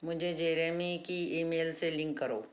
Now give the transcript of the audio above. मुझे जेरेमी की ईमेल से लिंक करो